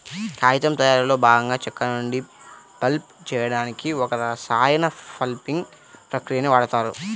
కాగితం తయారీలో భాగంగా చెక్క నుండి పల్ప్ చేయడానికి ఒక రసాయన పల్పింగ్ ప్రక్రియని వాడుతారు